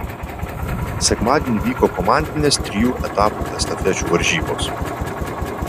sekmadienį vyko komandinės trijų etapų estafečių varžybos